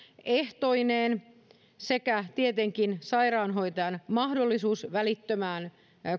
ehtoineen sekä tietenkin sairaanhoitajan mahdollisuus välittömään